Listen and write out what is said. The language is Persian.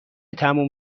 تموم